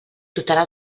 dotarà